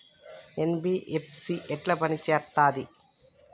NBFC ఎట్ల పని చేత్తది?